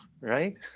right